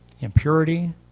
impurity